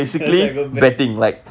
just like go bet